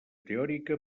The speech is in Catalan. teòrica